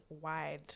wide